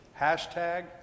hashtag